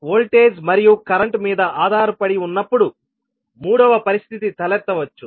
voltage current మీద ఆధారపడి ఉన్నప్పుడు మూడవ పరిస్థితి తలెత్తవచ్చు